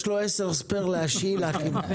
יש לו עשר עודף להשאיל לכם.